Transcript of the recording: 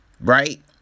right